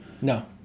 No